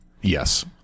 Yes